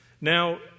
Now